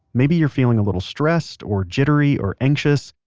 maybe you're feeling a little stressed or jittery or anxious.